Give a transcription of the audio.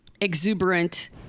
exuberant